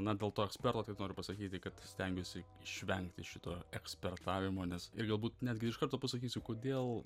na dėl to eksperto tai noriu pasakyti kad stengiuosi išvengti šito ekspertavimo nes ir galbūt netgi iš karto pasakysiu kodėl